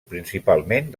principalment